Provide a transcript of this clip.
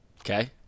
Okay